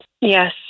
Yes